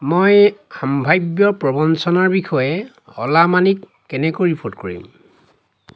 মই সম্ভাৱ্য প্ৰৱঞ্চনাৰ বিষয়ে অ'লা মানিক কেনেকৈ ৰিপ'ৰ্ট কৰিম